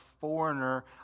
foreigner